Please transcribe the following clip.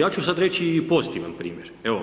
Ja ću sada reći i pozitivan primjer, evo